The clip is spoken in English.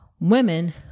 women